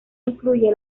incluye